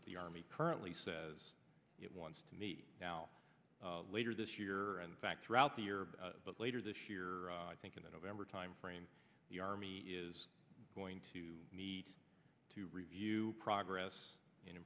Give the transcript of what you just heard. that the army currently says it wants to meet now later this year and fact throughout the year but later this year i think in the november timeframe the army is going to need to review progress